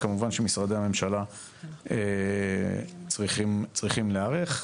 וכמובן שמשרדי הממשלה צריכים להיערך.